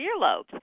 earlobes